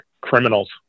criminals